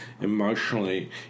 emotionally